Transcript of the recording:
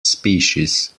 species